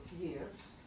years